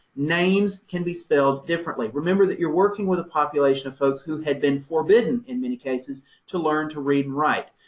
names can be spelled differently. remember that you're working with a population of folks who had been forbidden in many cases to learn to read and write.